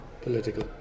political